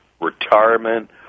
retirement